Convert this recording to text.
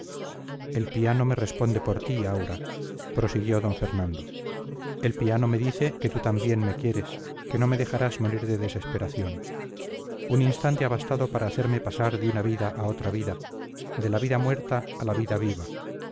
el piano me responde por ti aura prosiguió d fernando el piano me dice que tú también me quieres que no me dejarás morir de desesperación un instante ha bastado para hacerme pasar de una vida a otra vida de la vida muerta a la vida viva